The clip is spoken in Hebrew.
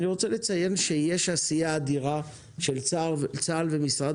אני רוצה לציין שיש עשייה אדירה של צה"ל ומשרד